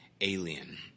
Alien